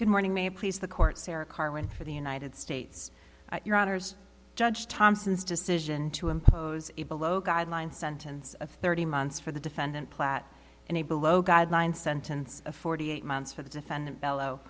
good morning may please the court sarah carwin for the united states your honour's judge thompson's decision to impose a below guideline sentence of thirty months for the defendant plat and a below guideline sentence of forty eight months for the defendant bello